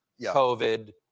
covid